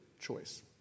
choice